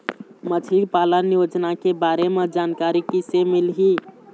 मछली पालन योजना के बारे म जानकारी किसे मिलही?